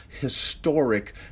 historic